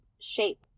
shape